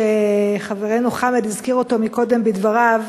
שחברנו חמד הזכיר אותו קודם בדבריו,